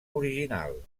original